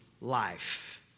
life